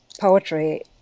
poetry